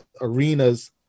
arenas